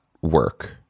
work